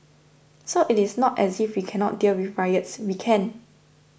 so it is not as if we cannot deal with riots we can